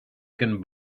can